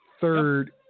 Third